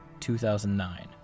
2009